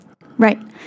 Right